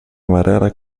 amarela